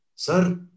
Sir